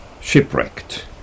shipwrecked